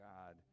God